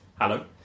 Hello